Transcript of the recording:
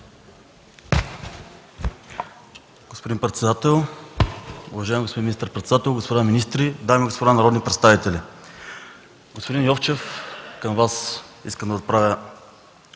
Господин председател, уважаеми господин министър-председател, господа министри, дами и господа народни представители! Господин Йовчев, към Вас искам да отправя